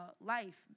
life